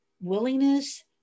willingness